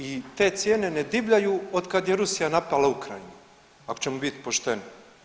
I te cijene ne divljaju od kad je Rusija napala Ukrajinu ako ćemo bit pošteni.